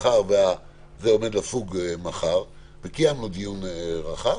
מאחר וזה עומד לפוג מחר וקיימנו דיון רחב,